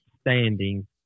standing